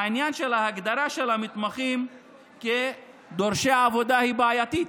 ההגדרה של המתמחים כדורשי עבודה היא בעייתית.